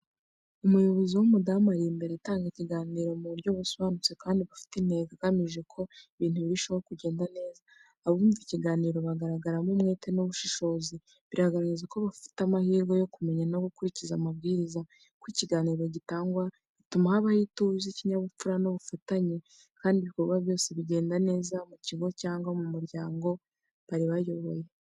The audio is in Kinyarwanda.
Umuyobozi w’umudamu ari imbere atanga ikiganiro mu buryo busobanutse kandi bufite intego, agamije ko ibintu birushaho kugenda neza. Abumva ikiganiro bagaragaramo umwete n’ubushishozi, bigaragaza ko bafata amahirwe yo kumenya no gukurikiza amabwiriza. Uko ikiganiro gitangwa, bituma habaho ituze, ikinyabupfura n’ubufatanye, kandi ibikorwa byose bigenda neza mu kigo cyangwa mu muryango bari bayoboye.